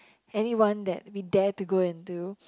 any one that we dare to go into